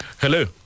Hello